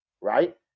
right